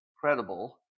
credible